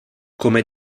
come